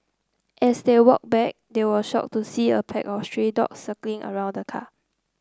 as they walked back they were shocked to see a pack of stray dogs circling around the car